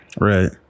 right